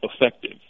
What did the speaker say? effective